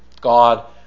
God